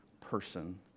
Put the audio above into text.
person